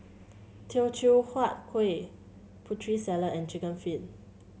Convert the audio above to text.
Teochew Huat Kueh Putri Salad and chicken feet